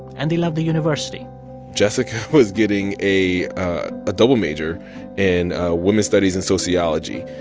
and they loved the university jessica was getting a ah double major in women's studies and sociology.